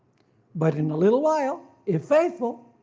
but in a little while, if faithful.